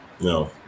No